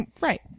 right